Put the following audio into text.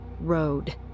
road